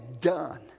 done